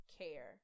care